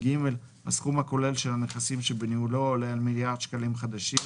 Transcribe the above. הסכום הכולל של הנכסים שבניהולו עולה על מיליארד שקלים חדשים,